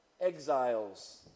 exiles